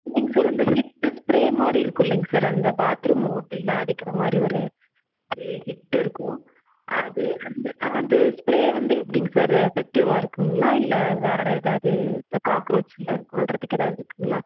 இல்லிங்க சார் இந்த Hit spray மாதிரி இருக்குல்லிங்க சார் அந்த பாத்ரூம் ஓட்டையில் அடிக்கிற மாதிரி ஒரு ஹிட்டு இருக்கும் அது வந்து அது ஸ்ப்ரே வந்து எப்டிங்க சார் எஃபெக்டிவ்வாக இருக்குதுங்களா இல்லை வேறு ஏதாவது காக்ரோச்சுங்களை கொல்றத்துக்கு ஏதாவது இருக்குதுங்களா